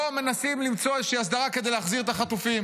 מולם לא מנסים למצוא איזושהי הסדרה כדי להחזיר את החטופים.